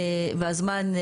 והזמן,